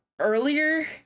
earlier